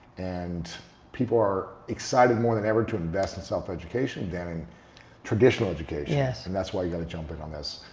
and people are excited more than ever to invest in self education than in traditional education. and that's why you've got to jump in on this.